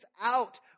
out